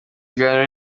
gihano